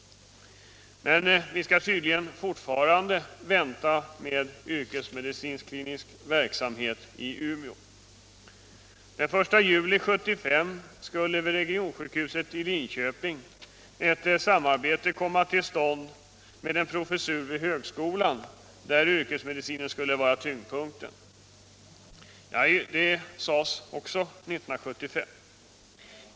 Men vi skall tydligen fortfarande vänta med yrkesmedicinsk klinisk verksamhet i Umeå. Den 1 juli 1975 skulle vid regionsjukhuset i Linköping ett samarbete komma till stånd med en professur vid högskolan, där yrkesmedicinen skulle vara tyngdpunkten. Det sades också 1975.